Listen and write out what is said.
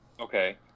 Okay